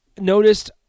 noticed